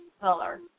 color